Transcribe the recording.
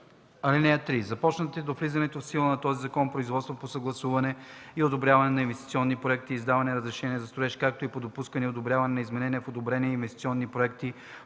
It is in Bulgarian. (3) Започнатите до влизането в сила на този закон производства по съгласуване и одобряване на инвестиционни проекти и издаване на разрешения за строеж, както и по допускане и одобряване на изменения в одобрените инвестиционни проекти